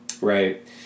right